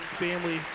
family